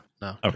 no